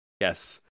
Yes